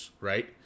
Right